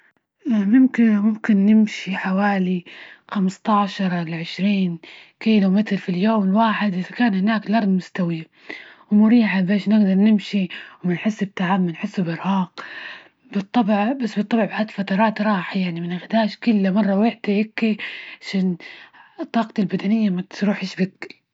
ممكن ممكن نمشي حوالي خمسة عشر لعشرين كم في اليوم الواحد، إذا كان هناك الأرض مستوية ومريحة بيش نجدر نمشي ونحس بتعب ونحس بإرهاق بالطبع، بس بالطبع بعد فترات راحة يعني بنحتاج كل مرة وقت هيكى عشان طاقتي البدنية، ما تروحيش بك.